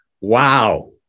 Wow